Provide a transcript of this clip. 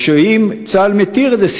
או אם צה"ל מתיר את זה,